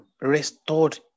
restored